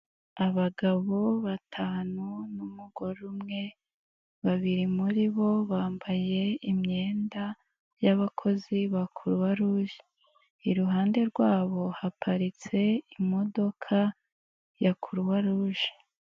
Abagabo batanu n'umugore umwe babiri muri bo bambaye imyenda yabakozi ba kuruwa ruje iruhande rwabo haparitse imodoka ya kuruwa ruje.